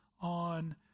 on